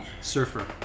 surfer